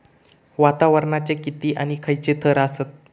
वातावरणाचे किती आणि खैयचे थर आसत?